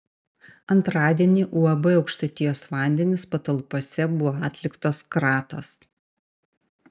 antradienį uab aukštaitijos vandenys patalpose buvo atliktos kratos